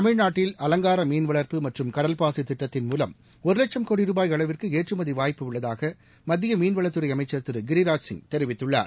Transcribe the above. தமிழ்நாட்டில் அவங்கார மீன் வளர்ப்பு மற்றம் கடல்பாசி திட்டத்தின் மூலம் ஒரு லட்சம் கோடி ருபாய் அளவுக்கு ஏற்றுமதி வாய்ப்பு உள்ளதாக மத்திய மீன்வளத்துறை அமைச்ச் திரு கிரிராஜ் சிப் தெிவித்துள்ளார்